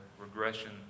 regression